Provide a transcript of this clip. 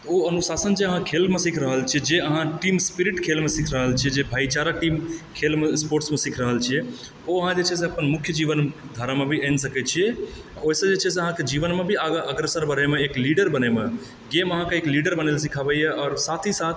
तऽ ओ अनुशासन जे अहाँ खेलमे सीख रहल छियै जे अहाँ टीमस्प्रिट खेलमे सीख रहल छियै जे भाइचारा टीम खेलमे स्पोर्टमे सीख रहल छियै ओ अहाँ जे छै से अपन मुख्य जीवन धारामे भी आनि सकै छियै ओहिसँ जे छै अहाँके जीवनमे भी आगा अग्रसर बढ़ैमे एक लीडर बनैमे गेम अहाँक एक लीडर बनै लए सिखाबै यऽ आओर साथ ही साथ